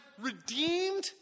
redeemed